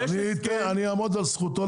אני אעמוד על זכותו לדבר.